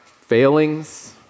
failings